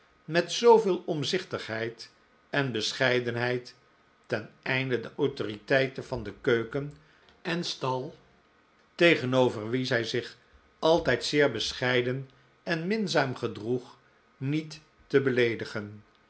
met zooveel omzichtigheid en bescheidenheid ten einde de autoriteiten van keuken en stal tegenover wie zij zich altijd zeer bescheiden en minzaam gedroeg niet te beleedigen